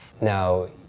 Now